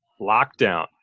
lockdown